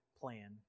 plan